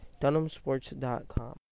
DunhamSports.com